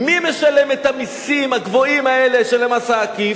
מי משלם את המסים הגבוהים האלה של המס העקיף?